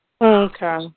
Okay